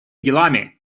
делами